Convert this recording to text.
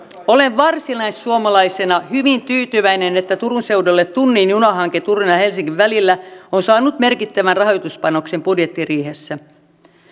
olen varsinaissuomalaisena hyvin tyytyväinen että turun seudulle tunnin junahanke turun ja helsingin välillä on saanut merkittävän rahoituspanoksen budjettiriihessä